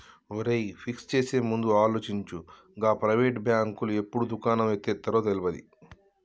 ఒరేయ్, ఫిక్స్ చేసేముందు ఆలోచించు, గా ప్రైవేటు బాంకులు ఎప్పుడు దుకాణం ఎత్తేత్తరో తెల్వది